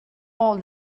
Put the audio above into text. all